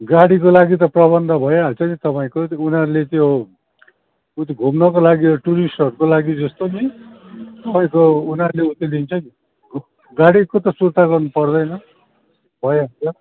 गाडीको लागि त प्रबन्ध भइहाल्छ नि तपाईँको उनीहरूले त्यो उत्यो घुम्नको लागि टुरिष्टहरूको लागि जस्तो नि तपाईँको उनीहरूले उत्यो दिन्छ नि गाडीको त सुर्ता गर्नु पर्दैन भइहाल्छ